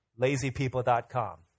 lazypeople.com